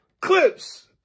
Clips